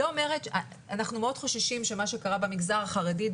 אנחנו מאוד חוששים שמה שקרה במגזר החרדי,